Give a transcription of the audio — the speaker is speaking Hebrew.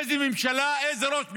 איזה ממשלה ואיזה ראש ממשלה,